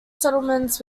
settlements